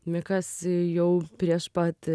mikas jau prieš pat